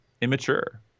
immature